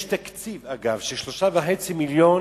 יש תקציב של 3.5 מיליוני